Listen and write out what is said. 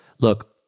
Look